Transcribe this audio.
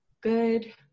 good